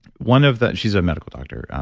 one of the. she's a medical doctor,